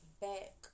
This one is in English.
back